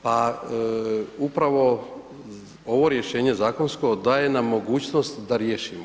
Pa upravo ovo rješenje zakonsko daje nam mogućnost da riješimo.